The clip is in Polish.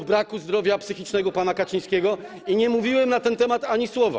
lub braku zdrowia psychicznego pana Kaczyńskiego, i nie mówiłem na ten temat ani słowa.